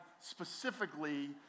specifically